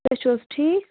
تُہۍ چھُو حظ ٹھیٖک